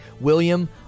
William